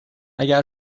اگر